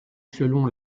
selon